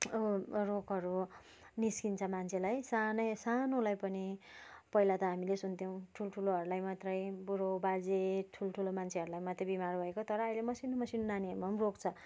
रोग रोगहरू निस्किन्छ मान्छेलाई सानै सानोलाई पनि पहिला त हामीले सुन्थ्यौँ ठुल्ठुलोहरूलाई मात्रै बुढो बाजे ठुल्ठुलो मान्छेहरूलाई मात्रै बिमार भएको तर अहिले मसिनो मसिनो नानीहरूमा पनि रोग छ